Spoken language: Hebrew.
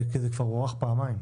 כי זה כבר הוארך פעמיים.